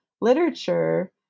literature